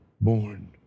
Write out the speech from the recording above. born